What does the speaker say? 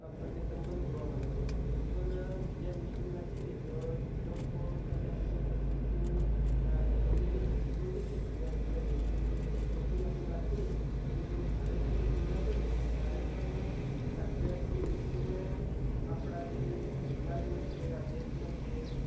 આપણને સંબંધ જોવા મળે છે વિશ્વના બીજા દેશોની વાત કરીએ તો એ લોકો સાથે આપણે જો સંસ્કૃતિની એ લોકોની જે સંસ્કૃતિ છે જુદા જુદા દેશોની જે સંસ્કૃતિ આપણે વાત કરીએ તેની જ્યારે ભારત સાથે તુલના કરીએ તો ભારતમાં તો આધ્યાત્મિક ને આપણા જે રિવાજો છે આધ્યાત્મ છે